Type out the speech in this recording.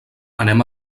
anem